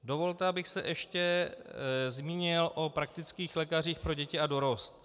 Dovolte, abych se ještě zmínil o praktických lékařích pro děti a dorost.